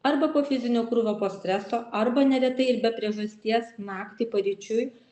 arba po fizinio krūvio po streso arba neretai ir be priežasties naktį paryčiui